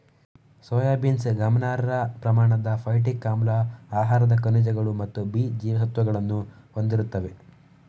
soybeans ಗಮನಾರ್ಹ ಪ್ರಮಾಣದ phytic ಆಮ್ಲ, ಆಹಾರದ ಖನಿಜಗಳು ಮತ್ತು ಬಿ ಜೀವಸತ್ವಗಳನ್ನು ಹೊಂದಿರುತ್ತದೆ